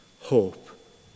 hope